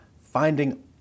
finding